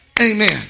Amen